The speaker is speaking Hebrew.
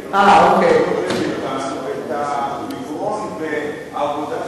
את יכולה לקרוא איזה שיר של אורי צבי גרינברג באותה